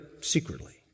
secretly